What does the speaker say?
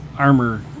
Armor